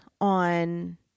on